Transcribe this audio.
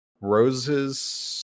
Roses